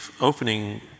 opening